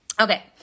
Okay